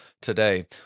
today